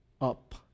up